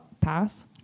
pass